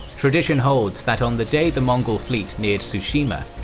tradition holds that on the day the mongol fleet neared tsushima,